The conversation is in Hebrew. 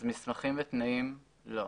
אז מסמכים ותנאים, לא.